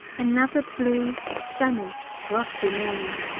another blue, sunny, frosty morning.